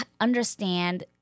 understand